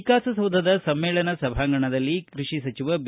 ವಿಕಾಸಸೌಧದ ಸಮ್ಮೇಳನ ಸಭಾಂಗಣದಲ್ಲಿ ಕೃಷಿ ಸಚಿವ ಬಿ